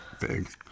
big